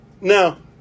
Now